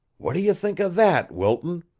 what do you think of that, wilton?